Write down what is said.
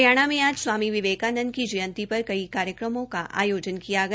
हरियाणा में आज स्वामी विवेकानंद की जयंती पर कई कार्यक्रमों का आयोजन किया गया